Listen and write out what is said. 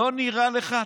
לא נראה לך?